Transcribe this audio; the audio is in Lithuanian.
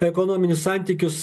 ekonominius santykius